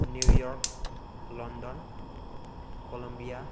new York London Columbia